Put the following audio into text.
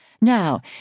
Now